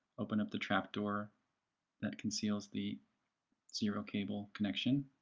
open up the trap door that conceals the serial cable connection.